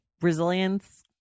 resilience